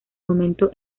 momento